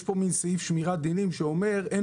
יש כאן מין סעיף שמירת דינים שאומר שאין